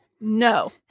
No